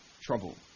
trouble